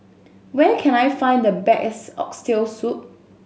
where can I find the best Oxtail Soup